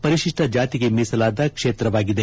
ಪರಿಶಿಷ್ಟ ಜಾತಿಗೆ ಮೀಸಲಾದ ಕ್ಷೇತ್ರವಾಗಿದೆ